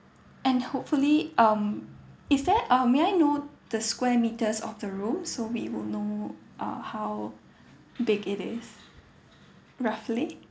and hopefully um is there um may I know the square metres of the room so we will know uh how big it is roughly